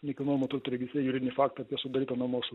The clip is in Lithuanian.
lyg registre juridinį faktą apie sudarytą nuomos su